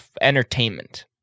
entertainment